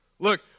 Look